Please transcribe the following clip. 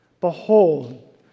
Behold